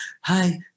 hi